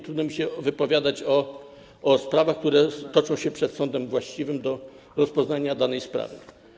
Trudno mi się wypowiadać o sprawach, które toczą się przed sądem właściwym do rozpoznania danej sprawy.